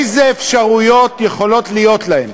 איזה אפשרויות יכולות להיות להם,